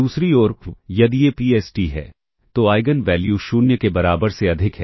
दूसरी ओर यदि ए P S D है तो आइगन वैल्यू 0 के बराबर से अधिक है